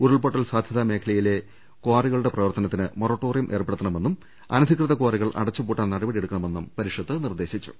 ഉരുൾപൊട്ടൽ സാധ്യതാ മേഖലയിലെ കാറികളുടെ പ്രവർത്തന ത്തിന് മൊറട്ടോറിയം ഏർപ്പെടുത്തണമെന്നും അനധികൃത കാറികൾ അട ച്ചുപൂട്ടാൻ നടപടിയെടുക്കണമെന്നും പരിഷത്ത് നിർദ്ദേശിച്ചു